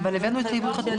נקודה.